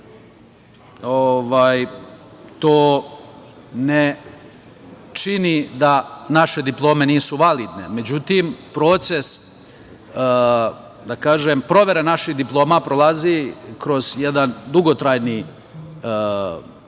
to ne čini da naše diplome nisu validne, međutim, proces provere naših diploma prolazi kroz jedan dugotrajni put